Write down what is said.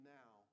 now